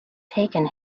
taken